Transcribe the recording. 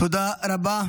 תודה רבה.